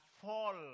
fall